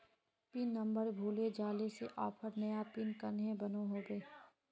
Pin number भूले जाले से ऑफर नया पिन कन्हे बनो होबे?